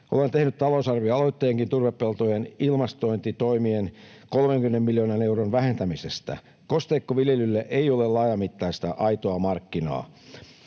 Olen tehnyt talousarvioaloitteenkin turvepeltojen ilmastotoimien 30 miljoonan euron vähentämisestä. Kosteikkoviljelylle ei ole laajamittaista aitoa markkinaa.